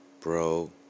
Bro